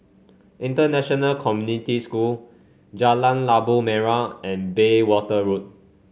International Community School Jalan Labu Merah and Bayswater Road